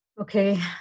Okay